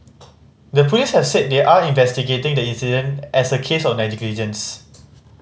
the police have said they are investigating the incident as a case of negligence